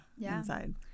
inside